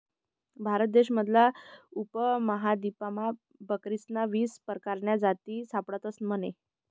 भारत देश मधला उपमहादीपमा बकरीस्न्या वीस परकारन्या जाती सापडतस म्हने